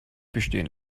bestehen